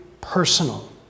personal